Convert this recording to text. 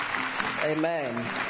Amen